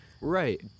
right